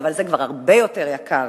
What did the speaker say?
אבל זה כבר הרבה יותר יקר.